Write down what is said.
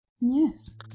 yes